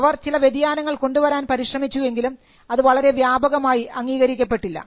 അവർ ചില വ്യതിയാനങ്ങൾ കൊണ്ടുവരാൻ പരിശ്രമിച്ചു എങ്കിലും അത് വളരെ വ്യാപകമായി അംഗീകരിക്കപ്പെട്ടില്ല